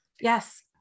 Yes